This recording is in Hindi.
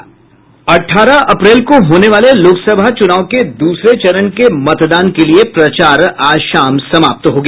अठारह अप्रैल को होने वाले लोकसभा चुनाव के दूसरे चरण के मतदान के लिए प्रचार आज शाम समाप्त हो गया